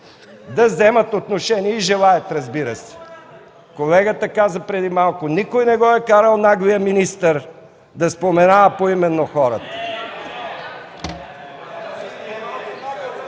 да вземат отношение и желаят, разбира се. Колегата каза преди малко: никой не го е карал наглият министър да споменава поименно хората.